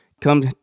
come